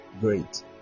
Great